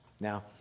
Now